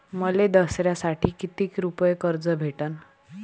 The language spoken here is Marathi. मले दसऱ्यासाठी कितीक रुपये कर्ज भेटन?